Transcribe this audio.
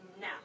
now